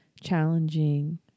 challenging